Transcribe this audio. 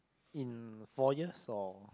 in four years or